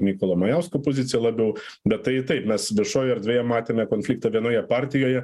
mykolo majausko poziciją labiau bet tai taip mes viešojoj erdvėje matėme konfliktą vienoje partijoje